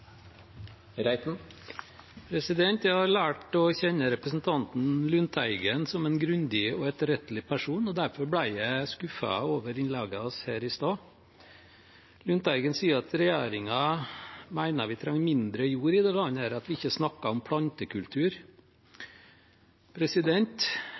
Lundteigen som en grundig og etterrettelig person, og derfor ble jeg skuffet over innlegget hans her i stad. Lundteigen sier at regjeringen mener at vi trenger mindre jord i dette landet, at vi ikke snakker om